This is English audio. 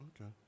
Okay